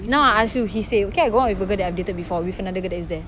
now I ask you he say okay I go out with a girl I've dated before with another girl that is there